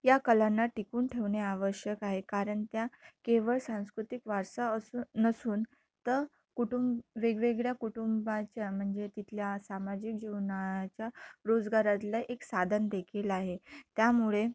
या कलांना टिकवून ठेवणे आवश्यक आहे कारण त्या केवळ सांस्कृतिक वारसा असून नसून तर कुटुंब वेगवेगळ्या कुटुंबाच्या म्हणजे तिथल्या सामाजिक जीवनाच्या रोजगारातलं एक साधन देखील आहे त्यामुळे